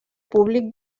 públic